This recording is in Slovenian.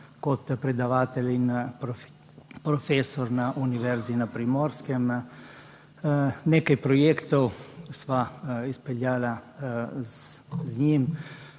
kot predavatelj in profesor na Univerzi na Primorskem. Nekaj projektov sva izpeljala z njim.